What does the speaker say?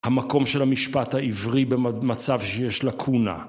המקום של המשפט העברי במצב שיש לאקונה